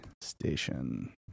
station